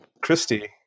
Christy